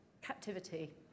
captivity